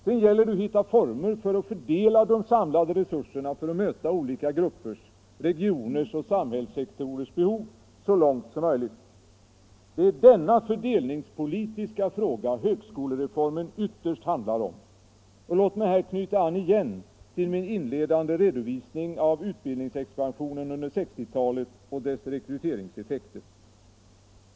Sedan gäller det att hitta former för att fördela de samlade resurserna för att möta olika gruppers, regioners och samhällssektorers behov så långt som möjligt. Det är denna fördelningspolitiska fråga högskolereformen ytterst handlar om, och låt mig här knyta an igen till min inledande redovisning av utbildningsexpansionen under 1960-talet och dess rekryteringseffekter.